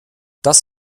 das